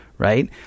Right